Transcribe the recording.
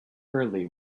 early